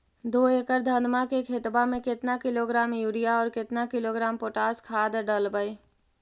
दो एकड़ धनमा के खेतबा में केतना किलोग्राम युरिया और केतना किलोग्राम पोटास खाद डलबई?